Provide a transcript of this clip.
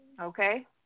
Okay